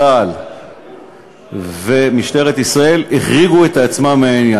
צה"ל ומשטרת ישראל החריגו את עצמם מהעניין.